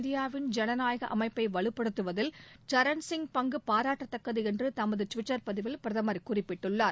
இந்தியாவின் ஜனநாயக அமைப்பை வலுப்படுத்துவதில் சரண்சிங் பங்கு பாராட்டத்தக்கது என்று தமது டுவிட்டர் பதிவில் பிரதமர் குறிப்பிட்டுள்ளார்